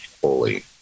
holy